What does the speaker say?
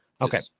Okay